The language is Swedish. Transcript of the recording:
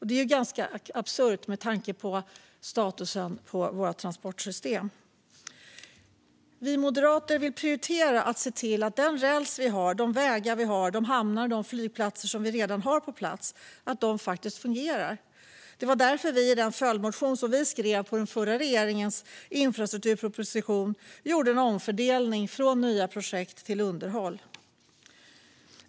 Det är ganska absurt med tanke på statusen på våra transportsystem. Vi moderater vill prioritera att se till att den räls, de vägar, de hamnar och de flygplatser som redan finns faktiskt fungerar. Det var därför vi i den följdmotion vi skrev till den förra regeringens infrastrukturproposition gjorde en omfördelning från nya projekt till underhåll.